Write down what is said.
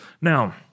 Now